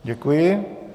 Děkuji.